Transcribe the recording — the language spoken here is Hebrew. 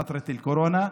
בימי הקורונה,